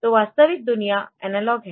तो वास्तविक दुनिया एनालॉग है